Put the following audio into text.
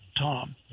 Tom